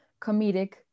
comedic